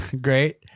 Great